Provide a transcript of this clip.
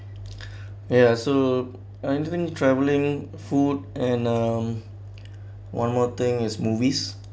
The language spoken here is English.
ya so when travelling food and um one more thing is movies